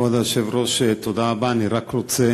כבוד היושב-ראש, תודה רבה, אני רק רוצה,